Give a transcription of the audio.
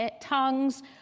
tongues